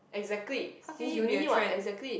exactly since uni what exactly